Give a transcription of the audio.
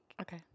Okay